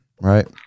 right